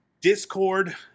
Discord